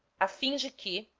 afim de que,